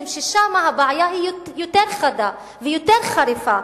ששם הבעיה היא יותר חדה ויותר חריפה,